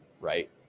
right